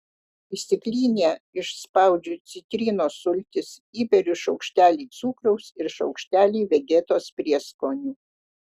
į stiklinę išspaudžiu citrinos sultis įberiu šaukštelį cukraus ir šaukštelį vegetos prieskonių